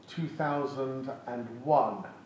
2001